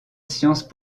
science